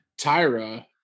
Tyra